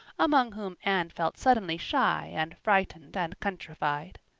among whom anne felt suddenly shy and frightened and countrified.